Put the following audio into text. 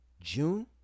June